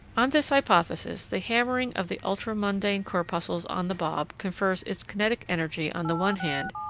on this hypothesis, the hammering of the ultra-mundane corpuscles on the bob confers its kinetic energy, on the one hand,